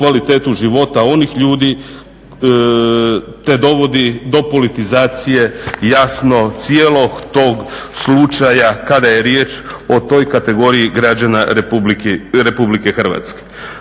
kvalitetu života onih ljudi te dovodi do politizacije jasno cijelog tog slučaja kada je riječ o toj kategoriji građana RH.